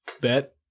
Bet